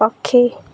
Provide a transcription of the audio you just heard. ପକ୍ଷୀ